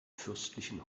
fürstlichen